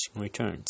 returns